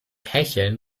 hecheln